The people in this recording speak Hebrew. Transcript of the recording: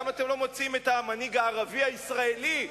למה אתם לא מוצאים את המנהיג הערבי הישראלי,